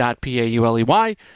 P-A-U-L-E-Y